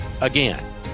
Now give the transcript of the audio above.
again